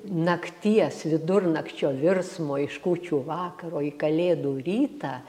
nakties vidurnakčio virsmo iš kūčių vakaro į kalėdų rytą